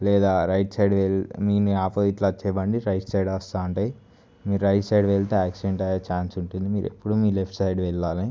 లేదా right side వెళ్ళి మీ ఆపోజిట్ లో వచ్చే బండ్లు రైట్ సైడ్లో వస్తు ఉంటాయి మీరు రైట్ సైడ్ వెళితే యాక్సిడెంట్ అయ్యే ఛాన్స్ ఉంటుంది మీరు ఎప్పుడు మీ లెఫ్ట్ సైడ్ వెళ్ళాలి